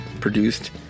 produced